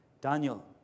Daniel